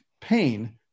pain